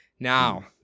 Now